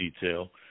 detail